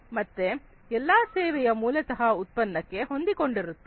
ಮತ್ತೆ ಎಲ್ಲಾ ಸೇವೆಯು ಮೂಲತಃ ಉತ್ಪನ್ನಕ್ಕೆ ಹೊಂದಿಕೊಂಡಿರುತ್ತದೆ